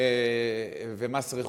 ומס רכוש.